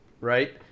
Right